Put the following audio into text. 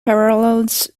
parallels